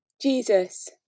Jesus